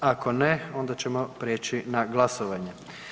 Ako ne, onda ćemo prijeći na glasovanje.